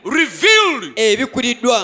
revealed